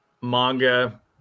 manga